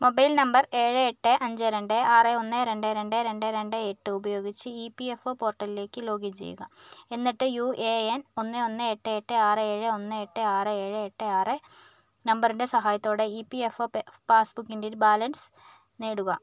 mobile number ഏഴ് എട്ട് അഞ്ച് രണ്ട് ആറ് ഒന്ന് രണ്ട് രണ്ട് രണ്ട് രണ്ട് എട്ട് ഉപയോഗിച്ച് ഇ പി എഫ് ഒ പോർട്ടലിലേക്ക് ലോഗിൻ ചെയ്യുക എന്നിട്ട് യു എ എൻ ഒന്ന് ഒന്ന് എട്ട് എട്ട് ആറ് ഏഴ് ഒന്ന് എട്ട് ആറ് ഏഴ് എട്ട് ആറ് നമ്പറിൻ്റെ സഹായത്തോടെ ഇ പി എഫ് ഒ പാസ്ബുക്കിൻ്റെ ബാലൻസ് നേടുക